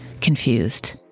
confused